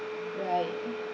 right